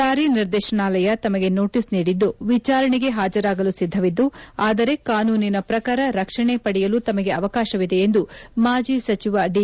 ಜಾರಿ ನಿರ್ದೇಶನಾಲಯ ತಮಗೆ ನೋಟೀಸ್ ನೀಡಿದ್ದು ವಿಚಾರಣೆಗೆ ಹಾಜರಾಗಲು ಸಿದ್ದವಿದ್ದು ಆದರೆ ಕಾನೂನಿನ ಪ್ರಕಾರ ರಕ್ಷಣೆ ಪಡೆಯಲು ತಮಗೆ ಅವಕಾಶವಿದೆ ಎಂದು ಮಾಜಿ ಸಚಿವ ದಿ